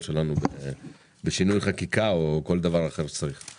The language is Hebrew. שלנו בשינוי חקיקה או כל דבר אחר שצריך.